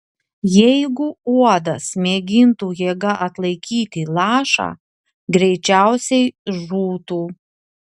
jeigu uodas mėgintų jėga atlaikyti lašą greičiausiai žūtų